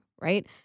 right